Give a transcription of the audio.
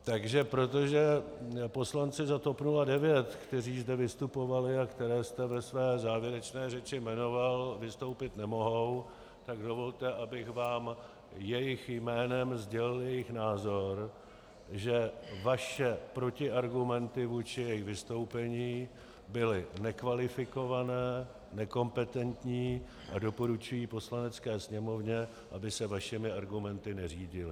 Takže protože poslanci za TOP 09, kteří zde vystupovali a které jste ve své závěrečné řeči jmenoval, vystoupit nemohou, tak dovolte, abych vám jejich jménem sdělil jejich názor, že vaše protiargumenty vůči jejich vystoupení byly nekvalifikované, nekompetentní, a doporučuji Poslanecké sněmovně, aby se vašimi argumenty neřídila.